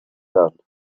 done